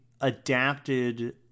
adapted –